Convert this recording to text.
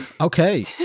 Okay